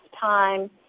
time